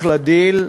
אחלה דיל.